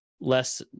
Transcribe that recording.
less